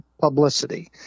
publicity